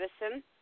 Madison